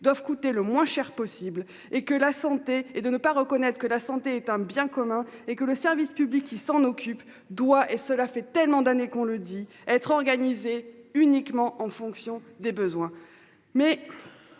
doivent coûter le moins cher possible et que la santé et de ne pas reconnaître que la santé est un bien commun et que le service public qui s'en occupe doit et cela fait tellement d'années qu'on le dit être organisé uniquement en fonction des besoins